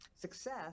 success